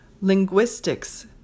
Linguistics